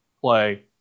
play